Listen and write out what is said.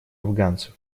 афганцев